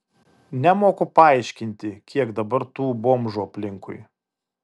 nemoku paaiškinti kiek dabar tų bomžų aplinkui